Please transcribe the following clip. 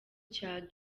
cya